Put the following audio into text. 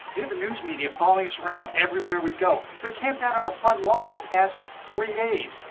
we have the news media following us around everywhere we go. they're camped out on our front lawn for the past three days.